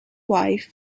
wife